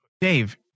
Dave